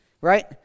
right